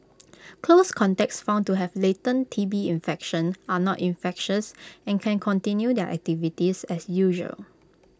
close contacts found to have latent T B infection are not infectious and can continue their activities as usual